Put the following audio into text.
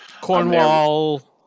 Cornwall